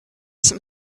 some